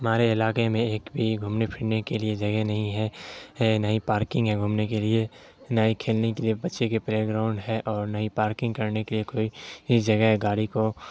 ہمارے علاقے میں ایک بھی گھومنے پھرنے کے لیے جگہ نہیں ہے ہے نہ ہی پارکنگ ہے گھومنے کے لیے نہ ہی کھیلنے کے لیے بچے کے پلے گراؤنڈ ہیں اور نہ ہی پارکنگ کرنے کے لیے کوئی ہی جگہ ہے گاڑی کو